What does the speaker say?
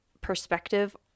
perspective